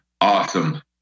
awesome